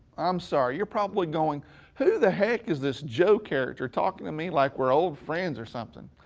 i'm sorry. you're probably going who the heck is this joe character talking to me like we're old friends or something.